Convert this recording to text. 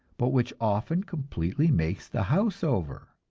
but which often completely make the house over.